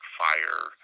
fire